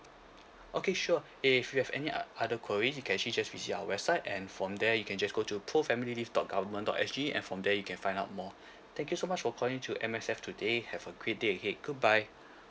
okay sure if you have any uh other queries you can actually just visit our website and from there you can just go to both family leave dot government dot S_G and from there you can find out more thank you so much for calling to M_S_F today have a great day ahead goodbye